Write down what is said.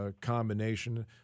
combination